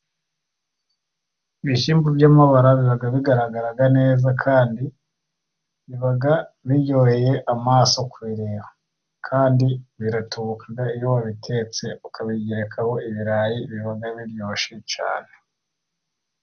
Ibishyimbo by'amabara biba bigaragara neza, kandi biba biryoheye amaso kureba, kandi biratubuka iyo wabitetse ukabigerekaho ibirayi, biba biryoshye cyane.